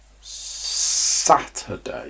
Saturday